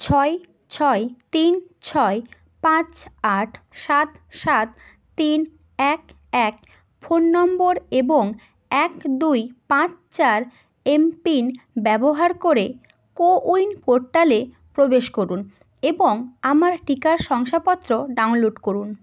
ছয় ছয় তিন ছয় পাঁচ আট সাত সাত তিন এক এক ফোন নম্বর এবং এক দুই পাঁচ চার এমপিন ব্যবহার করে কো উইন পোর্টালে প্রবেশ করুন এবং আমার টিকার শংসাপত্র ডাউনলোড করুন